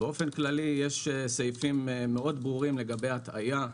באופן כללי יש סעיפים מאוד ברורים לגבי הטעיה,